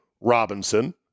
Robinson